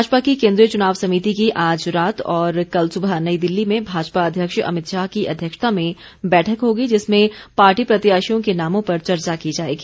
भाजपा की केंद्रीय चुनाव समिति की आज रात और कल सुबह नई दिल्ली में भाजपा अध्यक्ष अमितशाह की अध्यक्षता में बैठक होगी जिसमें पार्टी प्रत्याशियों के नामों पर चर्चा की जाएगी